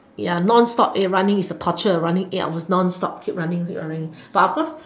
ya non stop running is a torture running eight hour non stop keep running keep running but of course